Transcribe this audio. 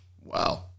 Wow